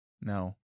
No